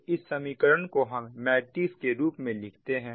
तो इस समीकरण को हम मैट्रिक्स के रूप में लिखते हैं